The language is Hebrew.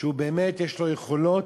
שבאמת יש לו יכולות,